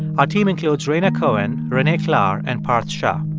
our team includes rhaina cohen, renee klahr and parth shah.